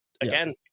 again